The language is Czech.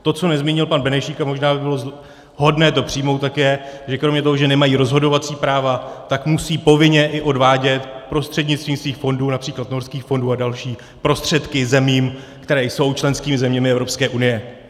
To, co nezmínil pan Benešík a možná by bylo vhodné to přijmout, je, že kromě toho, že nemají rozhodovací práva, tak musí povinně i odvádět prostřednictvím svých fondů, například norských fondů a dalších, prostředky zemím, které jsou členskými zeměmi Evropské unie.